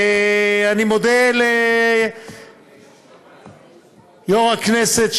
ואני מודה ליו"ר הכנסת,